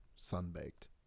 sunbaked